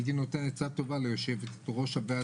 השנה